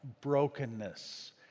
Brokenness